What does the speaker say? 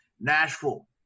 Nashville